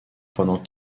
pendant